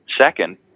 Second